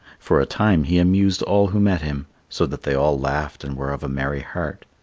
for a time he amused all who met him, so that they all laughed and were of a merry heart.